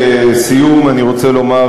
לסיום אני רוצה לומר,